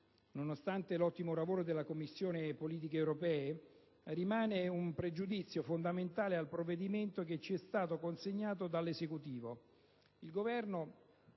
Nonostante l'ottimo lavoro della Commissione politiche europee, rimane un pregiudizio fondamentale al provvedimento che ci è stato consegnato dall'Esecutivo: il Governo